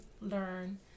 learn